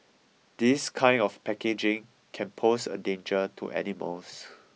this kind of packaging can pose a danger to animals